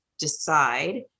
decide